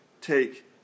take